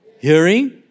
hearing